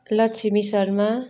Lakshmi Sharma